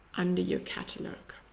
under your catalogue.